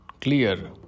clear